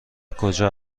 کجا